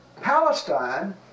Palestine